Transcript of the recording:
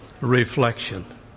reflection